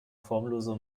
formlose